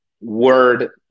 Word